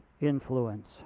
influence